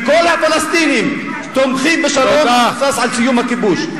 וכל הפלסטינים תומכים בשלום המבוסס על סיום הכיבוש.